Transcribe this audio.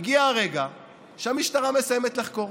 הגיע הרגע שהמשטרה מסיימת לחקור.